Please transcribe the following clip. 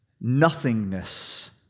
Nothingness